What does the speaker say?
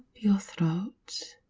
your throat.